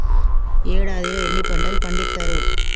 ఏడాదిలో ఎన్ని పంటలు పండిత్తరు?